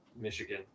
Michigan